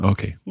Okay